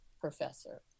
professor